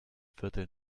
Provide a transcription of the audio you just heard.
viertel